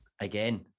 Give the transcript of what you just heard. Again